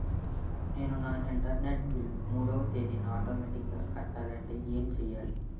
నేను నా internet bill మూడవ తేదీన ఆటోమేటిగ్గా కట్టాలంటే ఏం చేయాలి?